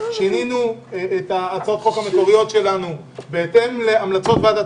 שינינו את הצעות החוק המקוריות שלנו בהתאם להמלצות ועדת